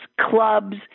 clubs